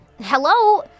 Hello